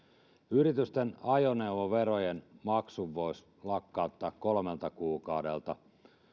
yritysten ajoneuvoverojen maksun voisi lakkauttaa kolmelta kuukaudelta